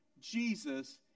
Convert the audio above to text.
Jesus